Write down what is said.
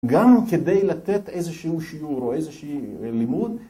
גם כדי לתת איזשהו שיעור או איזשהו לימוד